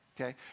Okay